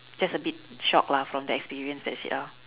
just a bit shock lah from the experience that's it ah